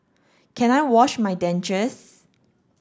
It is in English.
can I wash my dentures